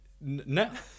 No